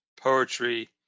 poetry